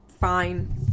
fine